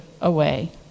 away